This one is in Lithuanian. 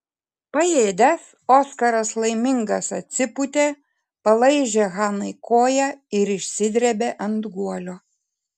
paėdęs oskaras laimingas atsipūtė palaižė hanai koją ir išsidrėbė ant guolio